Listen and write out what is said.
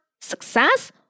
success